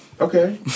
Okay